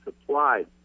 supplied